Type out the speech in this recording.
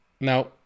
Now